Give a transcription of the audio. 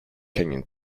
kenyon